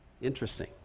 Interesting